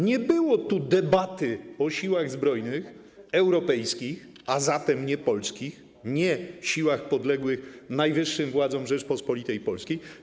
Nie było tu debaty o siłach zbrojnych europejskich, a zatem nie polskich, nie siłach podległych najwyższym władzom Rzeczypospolitej Polskiej.